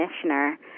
commissioner